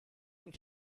und